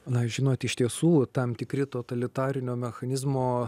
na žinot iš tiesų tam tikri totalitarinio mechanizmo